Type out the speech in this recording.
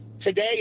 today